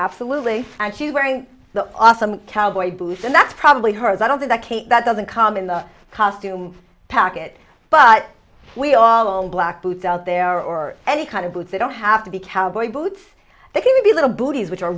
absolutely and she's wearing the awesome cowboy boots and that's probably hers i don't think that kate that doesn't come in the costume packet but we all on black boots out there or any kind of boots they don't have to be cowboy boots they can be little booties which are